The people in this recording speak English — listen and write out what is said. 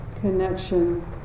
connection